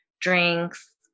drinks